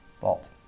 vault